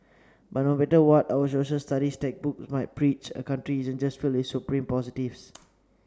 but no matter what our Social Studies textbooks might preach a country isn't just filled with supreme positives